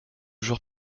jour